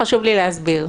למי עוד יש הסתייגויות?